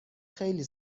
خیلی